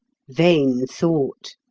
vain thought!